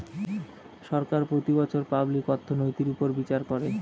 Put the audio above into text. সরকার প্রতি বছর পাবলিক অর্থনৈতির উপর বিচার করে